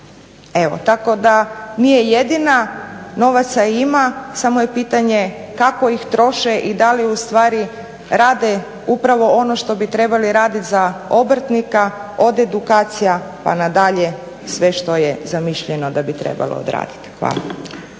kuna. Tako da nije jedina, novaca ima, samo je pitanje kako ih troše i da li ustvari rade upravo ono što bi trebali radit za obrtnika, od edukacija pa nadalje sve što je zamišljeno da bi trebalo odradit. Hvala.